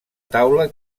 taula